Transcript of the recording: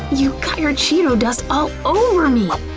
you got your cheeto dust all over me!